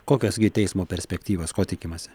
kokios gi teismo perspektyvos ko tikimasi